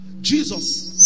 Jesus